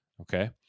okay